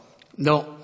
לא.